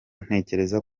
ntekereza